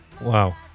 Wow